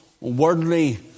worldly